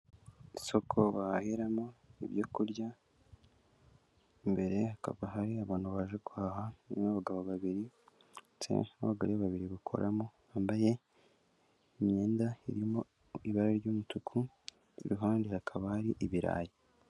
Isoko bahahiramo ibyo kurya, imbere hakaba hari abantu baje guhaha harimo abagabo babiri ndetse n'abagore babiri bakoramo, bambaye imyenda irimo ibara ry'umutuku, iruhande hakaba hari ibirayi.